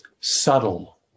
subtle